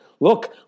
Look